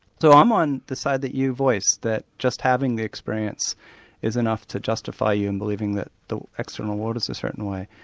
so i'm on the side that you voice, that just having the experience is enough to justify you in believing that the external world is certain way.